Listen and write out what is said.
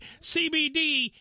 CBD